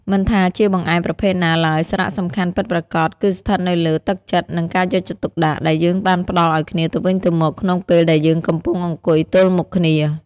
មិនថាជាបង្អែមប្រភេទណាឡើយ សារៈសំខាន់ពិតប្រាកដគឺស្ថិតនៅលើ «ទឹកចិត្ត» និង «ការយកចិត្តទុកដាក់» ដែលយើងបានផ្ដល់ឱ្យគ្នាទៅវិញទៅមកក្នុងពេលដែលយើងកំពុងអង្គុយទល់មុខគ្នា។